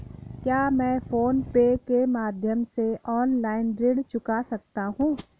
क्या मैं PhonePe के माध्यम से ऑनलाइन ऋण चुका सकता हूँ?